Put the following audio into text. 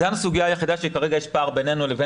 זו הסוגיה היחידה שכרגע יש פער בינינו לבין